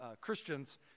Christians